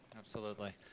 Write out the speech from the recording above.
absolutely.